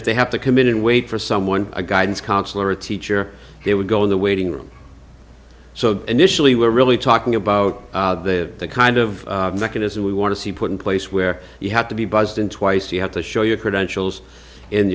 if they have to commit and wait for someone a guidance counselor a teacher it would go in the waiting room so initially we're really talking about the kind of mechanism we want to see put in place where you have to be buzzed in twice you have to show your credentials and